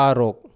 Arok